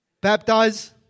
baptize